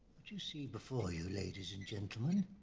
what you see before you, ladies and gentlemen.